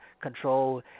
control